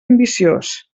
ambiciós